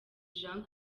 jean